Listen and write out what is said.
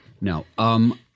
No